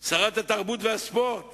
עם שרת התרבות והספורט